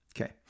Okay